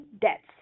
deaths